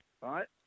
right